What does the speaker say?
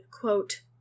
quote